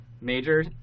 Major